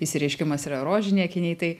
išsireiškimas yra rožiniai akiniai tai